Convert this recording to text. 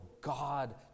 God